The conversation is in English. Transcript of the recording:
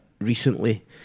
recently